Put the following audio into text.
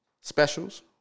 specials